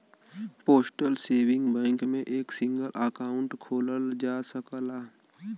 postal saving bank में एक single account खोलल जा सकला